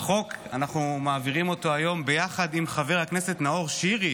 אנחנו נעביר היום את החוק ביחד עם חבר הכנסת נאור שירי,